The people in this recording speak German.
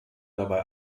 dabei